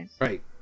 right